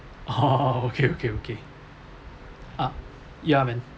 orh okay okay okay ah ya man